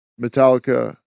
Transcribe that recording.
Metallica